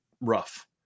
rough